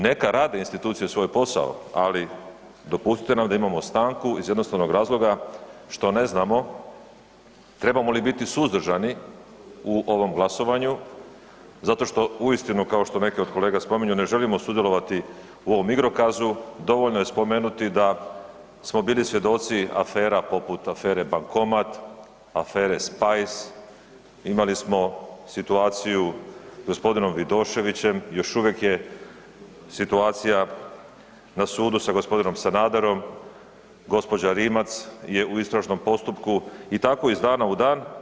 Neka rade institucije svoj posao, ali dopustite nam da imamo stanku iz jednostavnog razloga što ne znamo trebamo li biti suzdržani u ovom glasovanju zato što uistinu, kao što neke od kolega spominju, ne žele sudjelovati u ovom igrokazu, dovoljno je spomenuti da smo bili svjedoci afera poput afere Bankomat, afere Spice, imali smo situaciju s g. Vidoševićem, još uvijek je situacija na sudu s g. Sanaderom, gđa. Rimac je u istražnom postupku i tako iz dana u dan.